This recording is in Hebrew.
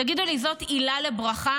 תגידו לי, זאת עילה לברכה?